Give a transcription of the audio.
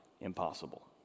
impossible